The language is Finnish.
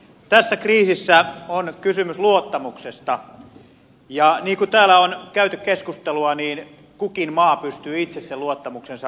tässä kriisissä on kysymys luottamuksesta ja niin kuin täällä on käyty keskustelua kukin maa pystyy itse sen luottamuksensa rakentamaan